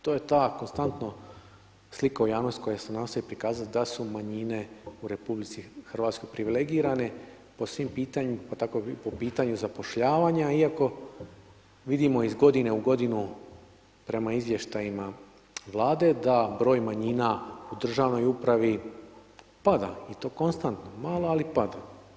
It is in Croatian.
To je ta konstantno slika u javnosti koja se nastoji prikazati da su manjine u RH privilegirane po svim pitanjima, pa tako i po pitanju zapošljavanja iako vidimo iz godine u godinu prema izvještajima Vlade da broj manjina u državnoj upravi pada i to konstantno, malo, ali pada.